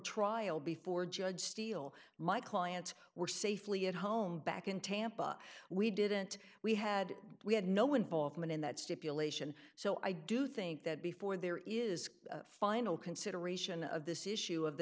trial before judge steal my client were safely at home back in tampa we didn't we had we had no involvement in that stipulation so i do think that before there is a final consideration of this issue of the